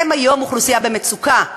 הם היום אוכלוסייה במצוקה.